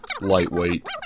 lightweight